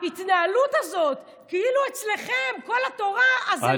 וההתנהלות הזאת כאילו אצלכם כל התורה, אז זה לא.